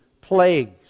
plagues